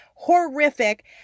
Horrific